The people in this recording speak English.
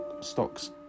stocks